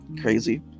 Crazy